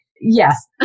yes